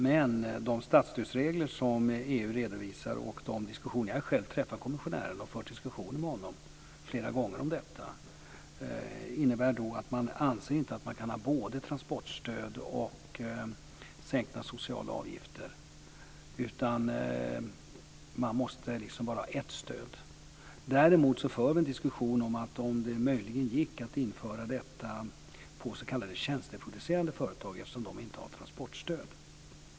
Jag har själv träffat kommissionären och fört diskussioner med honom om detta, och de statsstödsregler som EU redovisar innebär att man inte både kan ha transportstöd och sänkta sociala avgifter. Man kan bara ha ett stöd. Däremot för vi en diskussion om huruvida det möjligen går att införa detta för s.k. tjänsteproducerande företag eftersom de inte har transportstöd.